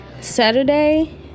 Saturday